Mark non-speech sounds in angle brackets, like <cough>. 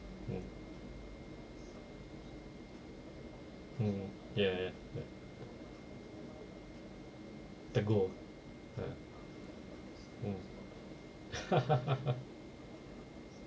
mm mm ya ya ya tegur ah mm <laughs>